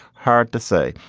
hard to say.